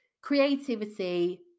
creativity